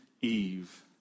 Eve